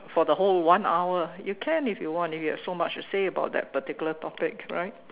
for the whole one hour you can if you want if you have so much to say about that particular topic right